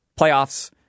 playoffs